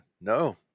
no